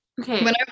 Okay